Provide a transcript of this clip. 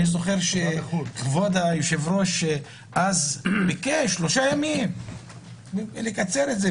אני זוכר שכבוד היושב-ראש אז ביקש לקצר את זה,